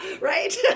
Right